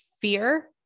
fear